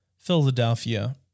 Philadelphia